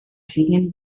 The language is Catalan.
siguen